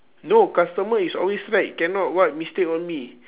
no customer is always right cannot what mistake on me